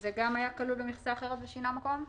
זה גם היה כלול במכסה אחרת ושינה מקום?